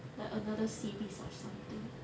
like another series of something